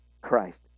Christ